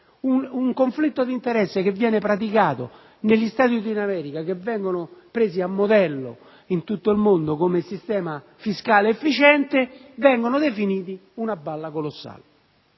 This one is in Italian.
Un contrasto di interesse che viene praticato negli Stati Uniti d'America, che vengono presi a modello in tutto il mondo come sistema fiscale efficiente, viene definito «una balla colossale».